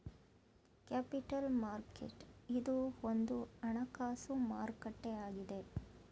capital market ಇದು ಒಂದು ಹಣಕಾಸು ಮಾರುಕಟ್ಟೆ ಆಗಿದೆ